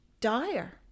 dire